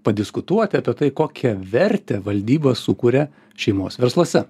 padiskutuoti apie tai kokią vertę valdyba sukuria šeimos versluose